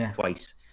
Twice